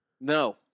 No